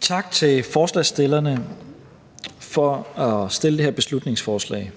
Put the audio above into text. Tak til forslagsstillerne for at have fremsat det her beslutningsforslag.